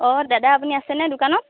অ দাদা আপুনি আছেনে দোকানত